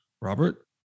Robert